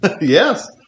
yes